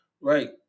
right